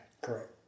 Correct